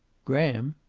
graham!